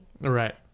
right